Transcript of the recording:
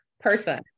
person